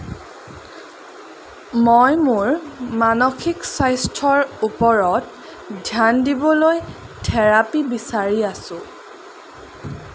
মই মোৰ মানসিক স্বাস্থ্যৰ ওপৰত ধ্যান দিবলৈ থেৰাপী বিচাৰি আছোঁ